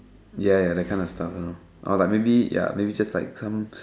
ya that kind of stuff you know or like maybe ya maybe just like some